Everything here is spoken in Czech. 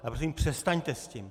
A prosím, přestaňte s tím.